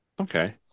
okay